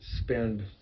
Spend